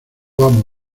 amo